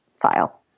file